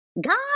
God